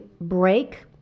break